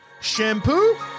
shampoo